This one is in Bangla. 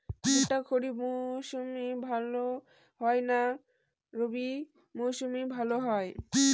ভুট্টা খরিফ মৌসুমে ভাল হয় না রবি মৌসুমে ভাল হয়?